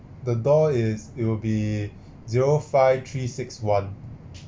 the door is it will be zero five three six one